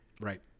Right